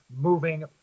moving